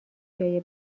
جای